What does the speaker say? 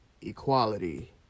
Equality